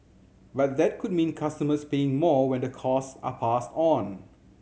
but that could mean customers paying more when the cost are passed on